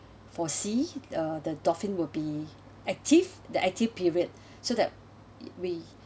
foresee uh the dolphin will be active the active period so that we